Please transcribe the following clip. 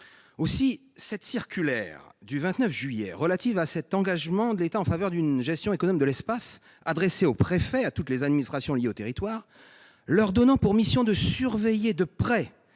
Aussi la circulaire de l'été dernier relative à l'engagement de l'État en faveur d'une gestion économe de l'espace adressée aux préfets et à toutes les administrations liées aux territoires et leur donnant pour mission de surveiller de près